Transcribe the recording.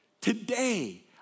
today